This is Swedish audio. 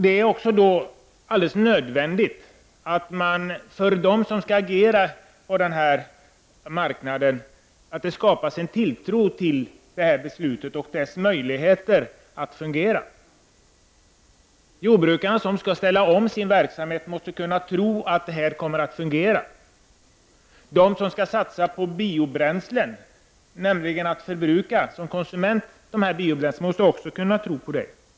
Det är därför alldeles nödvändigt att man för dem som skall agera på denna marknad skapar en tilltro till beslut och till dess möjligheter att fungera. Jordbrukarna, som ju skall ställa om sin verksamhet, måste kunna tro på att detta skall fungera. De som skall satsa på biobränslen, alltså de konsumenter som skall förbruka dem, måste också kunna tro på beslutets effektivitet.